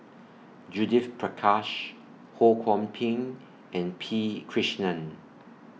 Judith Prakash Ho Kwon Ping and P Krishnan